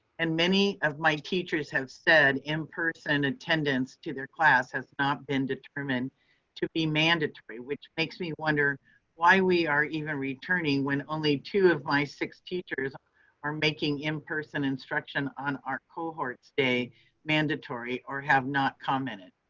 and many of my teachers have said in person attendance to their class has not been determined to be mandatory, which makes me wonder why we are even returning when only two of my six teachers are making in-person instruction on our cohorts day mandatory or have not commented.